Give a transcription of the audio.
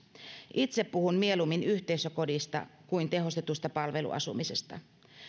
itse puhun mieluummin yhteisökodista kuin tehostetusta palveluasumisesta